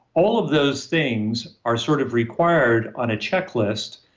all of those things are sort of required on a checklist,